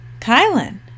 Kylan